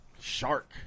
shark